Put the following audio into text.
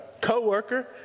co-worker